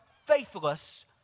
faithless